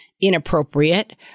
inappropriate